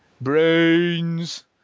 brains